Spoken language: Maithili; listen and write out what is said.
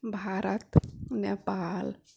भारत नेपाल